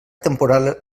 temporal